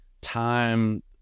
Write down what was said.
time